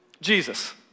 Jesus